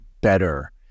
better